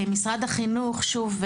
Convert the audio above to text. משרד החינוך שוב,